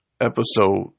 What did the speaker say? episode